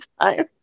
time